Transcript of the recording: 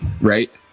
right